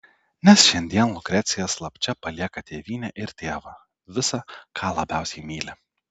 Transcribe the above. nes šiandien lukrecija slapčia palieka tėvynę ir tėvą visa ką labiausiai myli